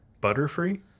Butterfree